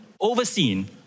overseen